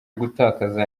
gutakaza